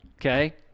okay